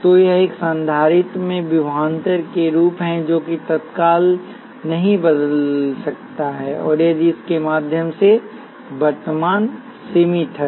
तो यह एक संधारित्र में विभवांतर के अनुरूप है जो कि तत्काल नहीं बदल सकता है यदि इसके माध्यम से वर्तमान सीमित है